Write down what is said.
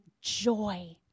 joy